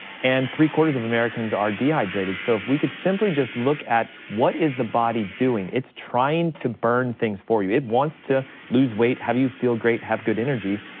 and three quarters of americans are dehydrated. so if we could simply just look at what is the body doing, it's trying to burn things for you, it wants to lose weight, have you feel great, have good energy,